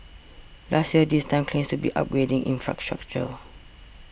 last year this time claims to be upgrading infrastructure